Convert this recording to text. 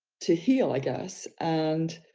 to heal, i guess, and,